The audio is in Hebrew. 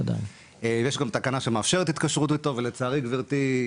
יש גם תקנה שמאפשרת התקשרות איתו ולצערי, גברתי,